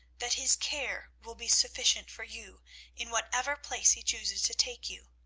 that his care will be sufficient for you in whatever place he chooses to take you.